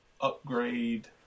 upgrade